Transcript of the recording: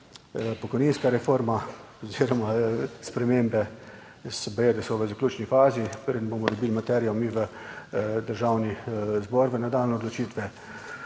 Pokojninska reforma oziroma spremembe, baje, da so v zaključni fazi, preden bomo dobili materijo mi v Državni zbor v nadaljnje odločitve.